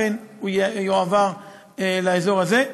אכן הוא יועבר לאזור הזה.